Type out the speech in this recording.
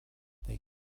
they